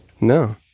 No